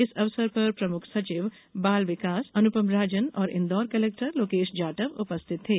इस अवसर पर प्रमुख सचिव महिला बाल विकास अनुपम राजन और इंदौर कलेक्टर लोकेश जाटव उपस्थित थे